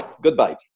Goodbye